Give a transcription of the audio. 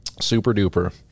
Super-duper